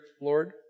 Lord